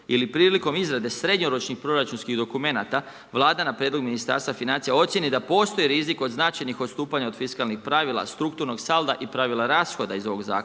ili prilikom izrade srednjoročnih proračunskim dokumenata, Vlada na prijedlog Ministarstva financija ocijeni da postoji rizik od značajnih odstupanja od fiskalnih pravila strukturnog salda i pravila rashoda iz ovog zakona,